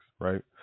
right